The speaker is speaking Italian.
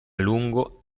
lungo